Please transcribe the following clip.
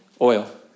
oil